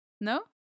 No